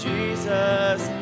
Jesus